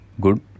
good